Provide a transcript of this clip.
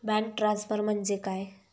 Bank transfer म्हणजे काय?